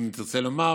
אם תרצה לומר,